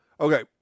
okay